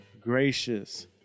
gracious